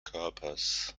körpers